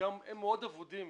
הם מאוד אבודים,